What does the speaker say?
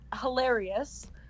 hilarious